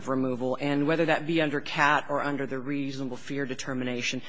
of removal and whether that be under cat or under the reasonable fear determination